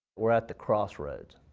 we're at the crossroads.